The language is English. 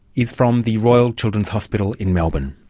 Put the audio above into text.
is from the royal children's hospital in melbourne.